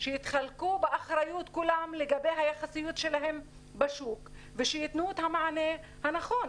שיתחלקו באחריות כולם לגבי היחסיות שלהם בשוק ושיתנו את המענה הנכון.